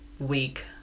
Week